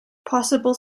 possible